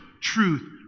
truth